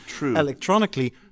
electronically